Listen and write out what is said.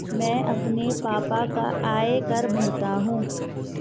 मैं अपने पापा का आयकर भरता हूं